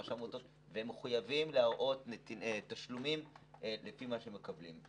ורשם העמותות והן מחויבות להראות תשלומים לפי מה שמקבלים.